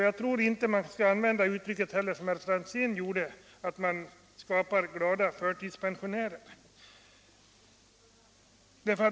Jag tror inte heller att man, som herr Franzén gjorde, skall använda uttrycket ”skapa glada förtidspensionärer”.